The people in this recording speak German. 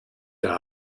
der